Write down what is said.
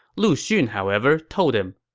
lu xun, however, told him,